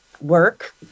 work